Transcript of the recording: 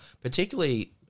particularly